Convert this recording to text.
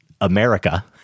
America